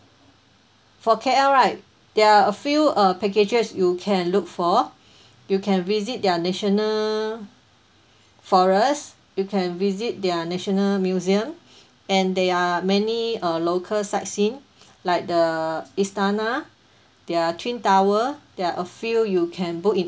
for K_L right there are a few uh packages you can look for you can visit their national forest you can visit their national museum and there are many uh local sightseeing like the istana their twin tower there are a few you can book in